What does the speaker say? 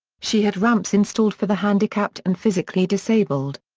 she had ramps installed for the handicapped and physically disabled.